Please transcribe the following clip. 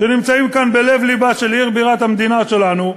שנמצאים כאן בלב-לבה של בירת המדינה שלנו,